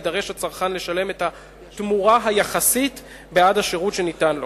יידרש הצרכן לשלם את התמורה היחסית בעד השירות שניתן לו.